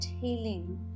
healing